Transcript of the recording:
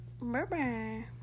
Bye-bye